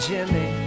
Jimmy